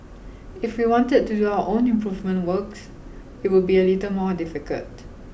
if we wanted to do our own improvement works it would be a little more difficult